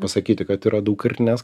pasakyti kad yra daugkartinės